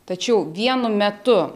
tačiau vienu metu